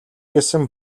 гэсэн